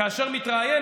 כאשר הוא מתראיין,